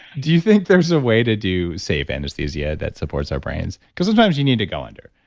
do you think there's a way to do safe anesthesia that supports our brains because sometimes you need to go under.